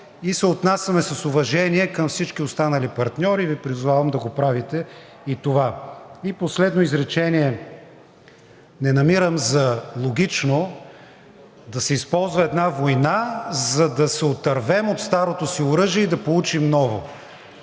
и се отнасяме с уважение към всички останали партньори, и Ви призовавам да правите и това. И последно изречение. Не намирам за логично да се използва една война, за да се отървем от старото си оръжие и да получим ново.